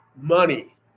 Money